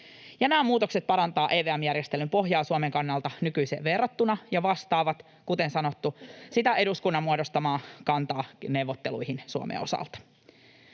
Nämä muutokset parantavat EVM-järjestelyn pohjaa Suomen kannalta nykyiseen verrattuna ja vastaavat, kuten sanottu, sitä eduskunnan muodostamaa kantaa neuvotteluihin Suomen osalta.